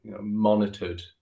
monitored